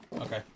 Okay